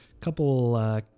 couple